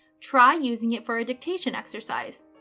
try using it for a dictation exercise.